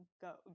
go